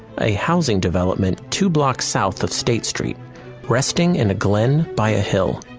a housing development two blocks south of state street resting in a glen by a hill.